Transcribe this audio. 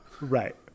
Right